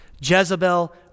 Jezebel